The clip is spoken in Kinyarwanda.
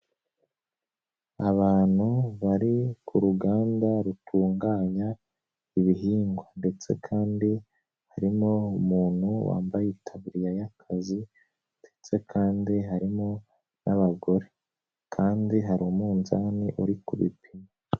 Abantu bari ku ruganda rutunganya ibihingwa ndetse kandi harimo umuntu wambaye itaburiya y'akazi ndetse kandi harimo n'abagore kandi hari umunzani uri ku bipima.